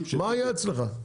לא באתי ללמד,